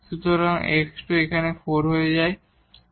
সুতরাং x2 এটি 4 হয়ে যাবে